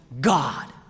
God